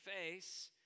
face